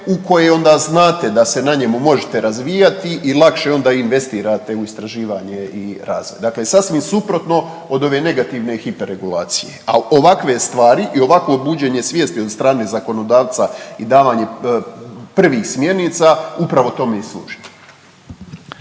u koje onda znate da se na njemu možete razvijati i lakše onda investirate u istraživanje i razvoj. Dakle sasvim suprotno od ove negativne hiper regulacije. A ovakve stvari i ovakvo buđenje svijesti od strane zakonodavca i davanje prvih smjernica, upravo tome i služi.